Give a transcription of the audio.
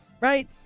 Right